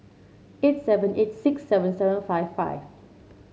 eight seven eight six seven seven five five